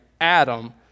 Adam